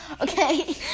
Okay